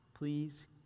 Please